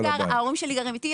ההורים שלי גרים איתי.